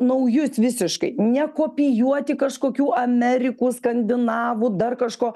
naujus visiškai nekopijuoti kažkokių amerikų skandinavų dar kažko